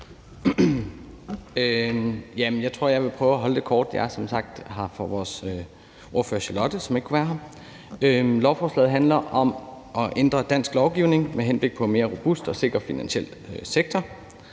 Jeg tror, jeg vil prøve at holde det kort. Jeg er her som sagt for vores ordfører, Charlotte Bagge Hansen, som ikke kunne være her. Lovforslaget handler om at ændre dansk lovgivning med henblik på at få en mere robust og sikker finansiel sektor.